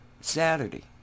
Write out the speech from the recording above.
Saturday